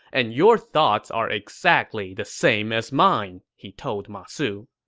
and your thoughts are exactly the same as mine, he told ma su.